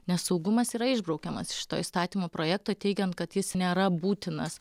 nes saugumas yra išbraukiamas iš šito įstatymo projekto teigiant kad jis nėra būtinas